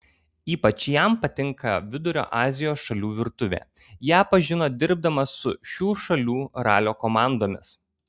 ypač jam patinka vidurio azijos šalių virtuvė ją pažino dirbdamas su šių šalių ralio komandomis